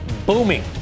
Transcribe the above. booming